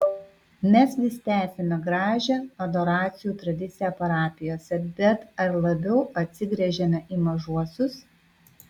mes vis tęsiame gražią adoracijų tradiciją parapijose bet ar labiau atsigręžiame į mažuosius